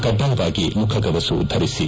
ಕಡ್ಡಾಯವಾಗಿ ಮುಖಗವಸು ಧರಿಸಿ